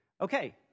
Okay